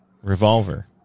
revolver